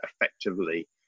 effectively